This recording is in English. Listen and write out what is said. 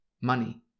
money